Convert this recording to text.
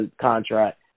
contract